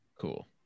Cool